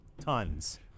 Tons